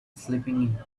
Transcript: sleeping